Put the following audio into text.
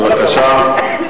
בבקשה.